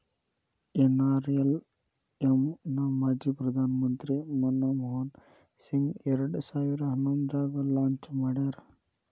NRLM ನ ಮಾಜಿ ಪ್ರಧಾನ್ ಮಂತ್ರಿ ಮನಮೋಹನ್ ಸಿಂಗ್ ಎರಡ್ ಸಾವಿರ ಹನ್ನೊಂದ್ರಾಗ ಲಾಂಚ್ ಮಾಡ್ಯಾರ